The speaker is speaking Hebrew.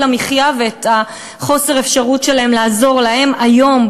המחיה ואת חוסר האפשרות שלהם לעזור להם היום,